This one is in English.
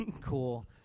Cool